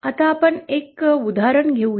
आता आपण एक उदाहरण घेऊया